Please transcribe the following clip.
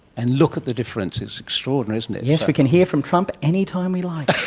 and look at the difference, it's extraordinary isn't it. yes, we can hear from trump any time we like.